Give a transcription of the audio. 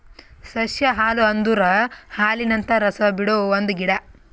ಸಸ್ಯ ಹಾಲು ಅಂದುರ್ ಹಾಲಿನಂತ ರಸ ಬಿಡೊ ಒಂದ್ ಗಿಡ